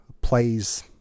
plays